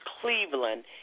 Cleveland –